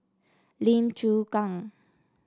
Lim Chu Kang